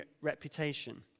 reputation